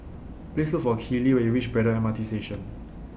Please Look For Keeley when YOU REACH Braddell M R T Station